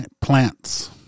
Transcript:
plants